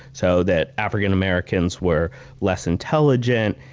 so that african-americans were less intelligent,